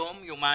של יום יומיים,